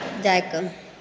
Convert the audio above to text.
जाइ कऽ